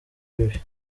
bibi